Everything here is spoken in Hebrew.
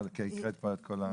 כי את כבר הקראת את כל הנוסח.